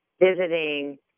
visiting